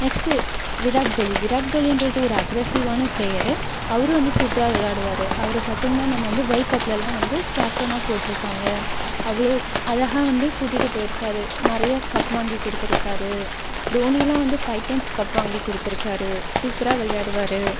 next Virat Kohli Virat கோலிங்றது ஒரு அக்ரஸிவ்வான ப்ளேயரு அவரும் வந்து சூப்பராக விளையாடுவார் அவரை பார்த்தீங்கன்னா நம்ம வந்து வேர்ல்டு கப்லெல்லாம் வந்து கேப்டனாக போட்டிருக்காங்க அவ்வளோ அழகாக வந்து கூட்டிகிட்டு போயிருக்கார் நிறைய கப் வாங்கி கொடுத்துருக்காரு டோனியெல்லாம் வந்து ஃபைவ் டைம்ஸ் கப் வாங்கி கொடுத்துருக்காரு சூப்பராக விளையாடுவார்